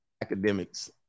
Academics